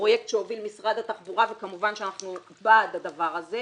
פרויקט שהוביל משרד התחבורה וכמובן שאנחנו בעד הדבר הזה,